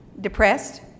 Depressed